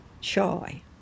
shy